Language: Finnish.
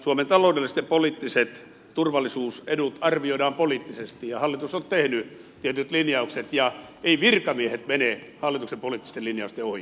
suomen taloudelliset ja poliittiset turvallisuusedut arvioidaan poliittisesti ja hallitus on tehnyt tietyt linjaukset ja eivät virkamiehet mene hallituksen poliittisten linjausten ohi